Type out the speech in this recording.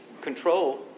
control